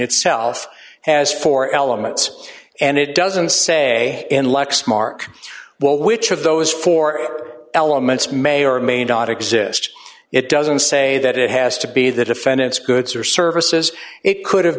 itself as four elements and it doesn't say in lexmark well which of those four elements may or may not exist it doesn't say that it has to be the defendant's goods or services it could have